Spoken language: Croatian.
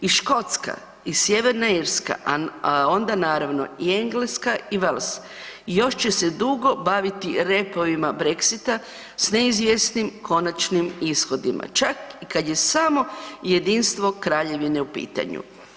I Škotska i Sjeverna Irska, a onda naravno i Engleska i Wales još će se dugo baviti repovima Brexita s neizvjesnim konačnim ishodima, čak i kad je samo jedinstvo Kraljevine u pitanju.